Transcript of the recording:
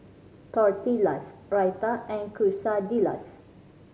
Tortillas Raita and Quesadillas